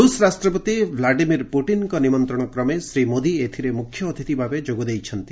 ରୁଷ୍ ରାଷ୍ଟ୍ରପତି ଭ୍ଲାଡିମିର ପୁଟିନ୍ଙ୍କ ନିମନ୍ତ୍ରଣକ୍ରମେ ଶ୍ରୀ ମୋଦି ଏଥିରେ ମୁଖ୍ୟଅତିଥି ଭାବେ ଯୋଗ ଦେଇଛନ୍ତି